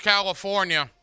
California